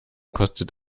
kostet